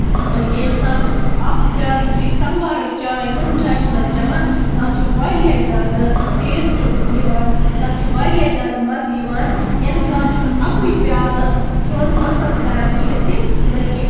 بٔلکہِ اِنسان اکھ پِیالہٕ یِتھُے سَموارٕچ چاے نُن چاے چھُ نہٕ حظ چٮ۪وان تَتھ چھُ واریاہ زیادٕ ٹیسٹ یِوان تَتھ چھُ واریاہ زیادٕ مَزٕ یِوان اِنسان چھُنہٕ اَکُے پِیالہٕ چٮ۪وٚن پَسند کران کِہینۍ تہِ بٔلکہِ